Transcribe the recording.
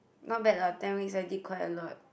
not bad lah ten weeks I did quite a lot